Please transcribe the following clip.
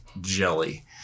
jelly